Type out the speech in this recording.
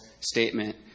statement